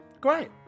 Great